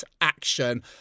action